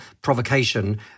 provocation